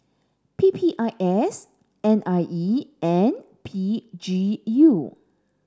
P P I S N I E and P G U